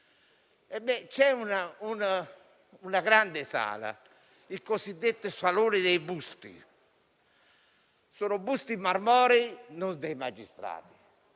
C'è una grande sala, il cosiddetto Salone dei busti, dove ci sono i busti marmorei non dei magistrati,